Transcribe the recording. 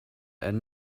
and